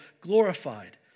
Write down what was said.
glorified